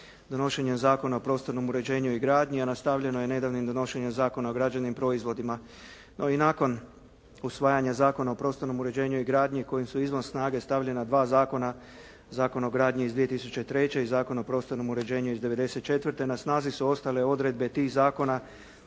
donošenjem Zakona o prostornom uređenju i gradnji, a nastavljeno je nedavnim donošenjem Zakona o građevnim proizvodima. No, i nakon usvajanja Zakona o prostornom uređenju i gradnji kojim su izvan snage stavljena dva zakona, Zakon o gradnji iz 2003. i Zakon o prostornom uređenju iz '94. Na snazi su ostale odredbe tih zakona